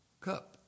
cup